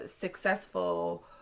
successful